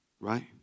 Right